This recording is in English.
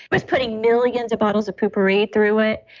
was putting millions of bottles of poo-pourri through it.